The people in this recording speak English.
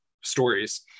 stories